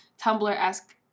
Tumblr-esque